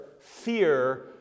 fear